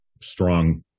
strong